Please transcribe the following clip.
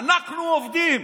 אנחנו עובדים.